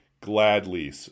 gladly